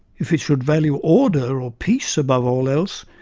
if it should value order or peace above all else,